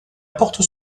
porte